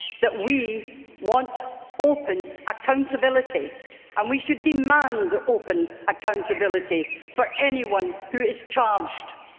that we want open accountability and we should demand open accountability for anyone who is charged.